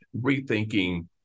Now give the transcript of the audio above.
rethinking